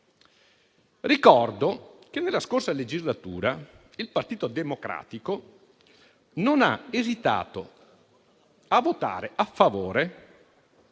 Ricordo che nella scorsa legislatura il Partito Democratico non ha esitato a votare a favore